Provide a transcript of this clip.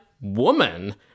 woman